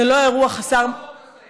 זה לא אירוע חסר, את החוק הזה.